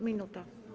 Minuta.